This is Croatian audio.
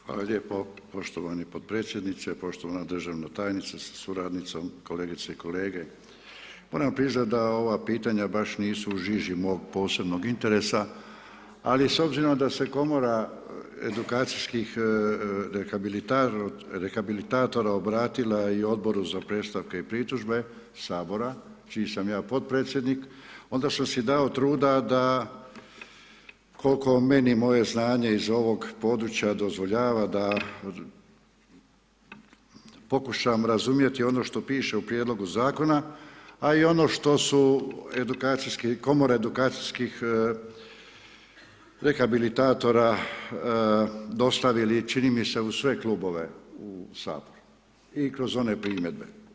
Hvala lijepo, poštovani podpredsjedniče, poštovana državna tajnice sa suradnicom, kolegice i kolege, moram vam priznat da ova pitanja baš nisu u žiži mog posebnog interesa, ali s obzirom da se komora edukacijskih rehabilitatora obratila i Odboru za predstavke i pritužbe Sabora, čiji sam ja podpredsjednik onda sam si dao truda da kolko meni moje znanje iz ovog područja dozvoljava da pokušam razumjeti ono što piše u prijedlogu zakona a i ono što su edukacijski komore edukacijskih rehabilitatora dostavili čini mi se u sve klubove u Saboru i kroz one primjedbe.